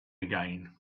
again